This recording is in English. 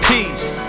Peace